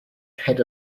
head